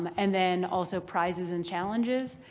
um and then also prizes and challenges,